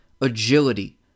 agility